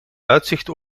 uitzicht